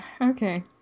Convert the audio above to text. okay